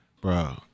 bro